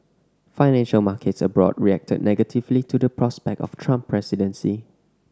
financial markets abroad reacted negatively to the prospect of Trump presidency